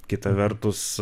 kita vertus